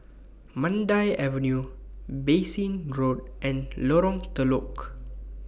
Mandai Avenue Bassein Road and Lorong Telok